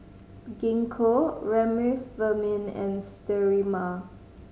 Gingko Remifemin and Sterimar